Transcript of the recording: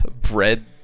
bread